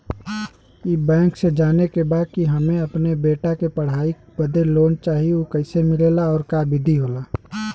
ई बैंक से जाने के बा की हमे अपने बेटा के पढ़ाई बदे लोन चाही ऊ कैसे मिलेला और का विधि होला?